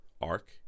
arc